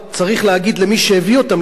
צריך להגיד למי שהביא אותם לשם,